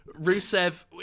Rusev